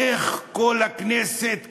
איך כל הכנסת קמה,